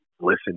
listen